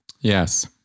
yes